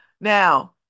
Now